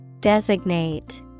Designate